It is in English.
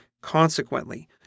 Consequently